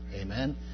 Amen